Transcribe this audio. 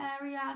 area